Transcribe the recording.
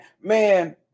man